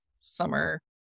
summer